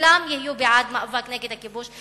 כולם יהיו בעד מאבק נגד הכיבוש,